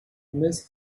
miss